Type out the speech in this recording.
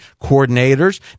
coordinators